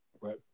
Right